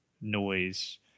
noise